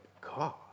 God